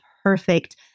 perfect